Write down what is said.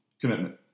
commitment